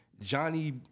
Johnny